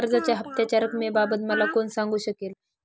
कर्जाच्या हफ्त्याच्या रक्कमेबाबत मला कोण सांगू शकेल?